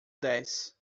dez